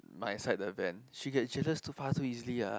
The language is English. my side the van she get jealous too fast too easily ah